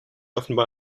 offenbar